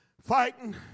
fighting